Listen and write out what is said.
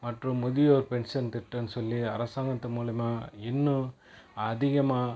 மற்றும் முதியோர் பென்ஷன் திட்டம்னு சொல்லி அரசாங்கத்து மூலியமாக இன்னும் அதிகமாக